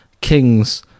kings